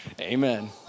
Amen